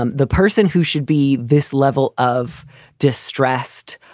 um the person who should be this level of distressed,